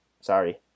sorry